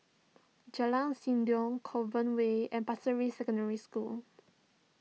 Jalan Sindor Clover Way and Pasir Ris Secondary School